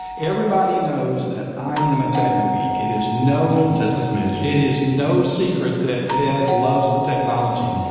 everybody knows that i am a techno geek, it is no, just a smidge. it is no secret that tedd loves the technology.